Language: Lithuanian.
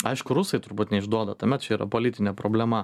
aišku rusai turbūt neišduoda tame čia yra politinė problema